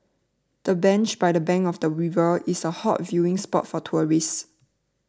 the bench by the bank of the river is a hot viewing spot for tourists